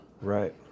Right